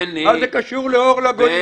מה זה קשור לאור לגויים?